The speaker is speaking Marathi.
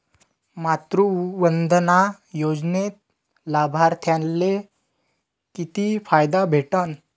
मातृवंदना योजनेत लाभार्थ्याले किती फायदा भेटन?